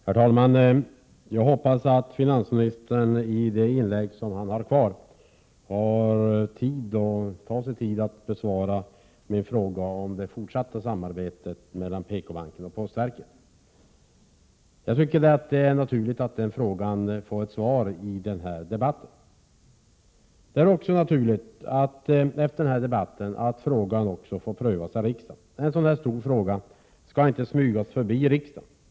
Herr talman! Jag hoppas att finansministern i det inlägg som han har kvar tar sig tid att besvara min fråga om det fortsatta samarbetet mellan PKbanken och postverket. Det är naturligt att den frågan får ett svar i den här debatten. Det är också naturligt, efter den här debatten, att frågan får prövas av riksdagen. En så här stor fråga skall inte smygas förbi riksdagen.